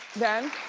then